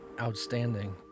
outstanding